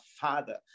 Father